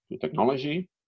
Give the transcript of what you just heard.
technology